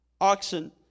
oxen